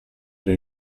era